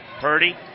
Purdy